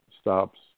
stops